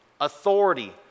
authority